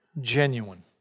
genuine